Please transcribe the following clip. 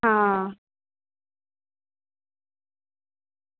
હા